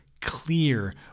clear